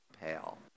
pale